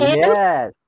yes